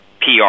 PR